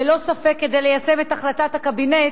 ללא ספק, כדי ליישם את החלטת הקבינט,